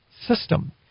system